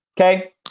Okay